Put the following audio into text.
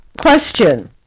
Question